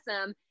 awesome